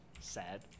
Sad